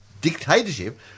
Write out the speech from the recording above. dictatorship